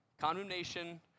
Condemnation